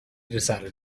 decided